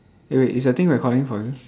eh wait is the thing recording for you